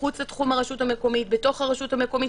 מחוץ לתחום הרשות המקומית, בתוך הרשות המקומית.